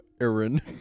Aaron